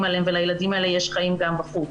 עליהם ולילדים האלה יש חיים גם בחוץ.